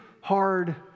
hard